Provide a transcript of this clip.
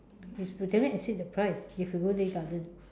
if we never exceed the price if we go Lei Garden